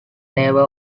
never